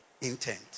intent